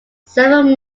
seven